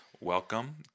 Welcome